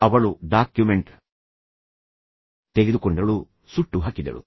ಅವಳು ಡಾಕ್ಯುಮೆಂಟ್ ತೆಗೆದುಕೊಂಡಳು ಸುಟ್ಟುಹಾಕಿದಳು